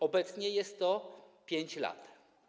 Obecnie jest to 5 lat.